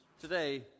today